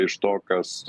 iš to kas